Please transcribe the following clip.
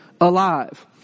alive